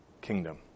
kingdom